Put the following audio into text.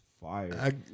fire